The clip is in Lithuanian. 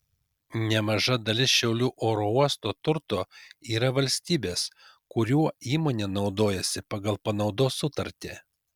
nemaža dalis šiaulių oro uosto turto yra valstybės kuriuo įmonė naudojasi pagal panaudos sutartį